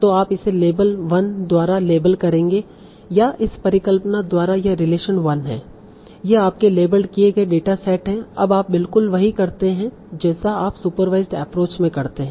तो आप इसे लेबल वन द्वारा लेबल करेंगे या इस परिकल्पना द्वारा यह रिलेशन वन है यह आपके लेब्लड किए गए डेटा सेट है अब आप बिल्कुल वही करते हैं जैसा आप सुपरवाइसड एप्रोच में करते हैं